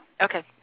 Okay